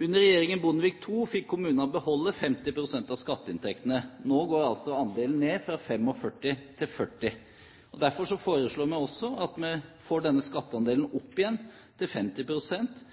Under regjeringen Bondevik II fikk kommunene beholde 50 pst. av skatteinntektene. Nå går altså andelen ned fra 45 pst. til 40 pst. Derfor foreslår vi også at vi får denne skatteandelen opp igjen til